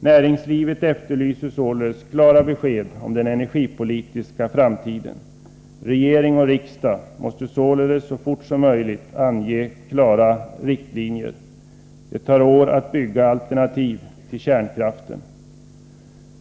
Näringslivet efterlyser alltså klara besked om den energipolitiska framtiden. Regering och riksdag måste således så fort som möjligt ange klara riktlinjer. Det tar år att bygga alternativ till kärnkraften.